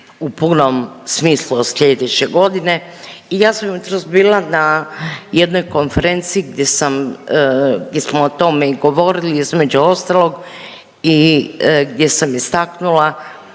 u punom smislu od slijedeće godine. I ja sam jutros bila na jednoj konferenciji gdje sam, gdje smo o tome i govorili između ostalog i gdje sam istaknula